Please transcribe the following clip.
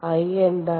I എന്താണ്